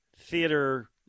theater